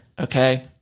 okay